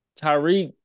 Tyreek